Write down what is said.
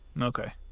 Okay